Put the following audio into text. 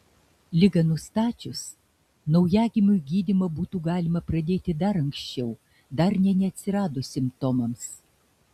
ligą nustačius naujagimiui gydymą būtų galima pradėti dar anksčiau dar nė neatsiradus simptomams